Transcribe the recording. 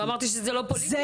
לא אמרתי שזה לא פוליטי.